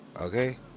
okay